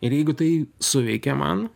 ir jeigu tai suveikė man